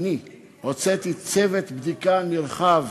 אני הוצאתי צוות בדיקה נרחב